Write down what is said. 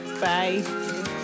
Bye